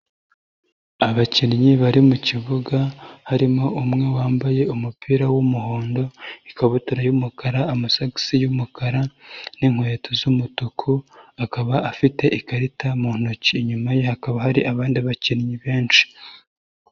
Abakinnyi bari mu kibuga, harimo umwe wambaye umupira w'umuhondo, ikabutura y'umukara, amasogisi y'umukara n'inkweto z'umutuku, akaba afite ikarita mu ntoki, inyuma ye hakaba hari abandi bakinnyi benshi.